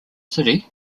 city